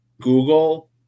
Google